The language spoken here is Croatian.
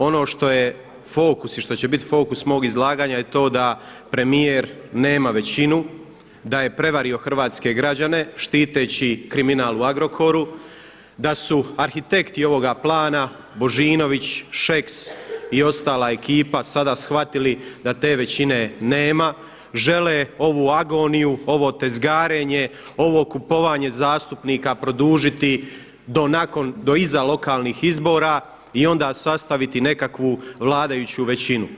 Ono što je fokus i što će biti fokus mog izlaganja je to da premijer nema većinu, da je prevario hrvatske građane štiteći kriminal u Agrokoru, da su arhitekti ovoga plana Božinović, Šeks i ostala ekipa sada shvatili da te većine nema. žele ovu agoniju, ovo tezgarenje, ovo kupovanje zastupnika produžiti do nakon do iza lokalnih izbora i onda sastaviti nekakvu vladajuću većinu.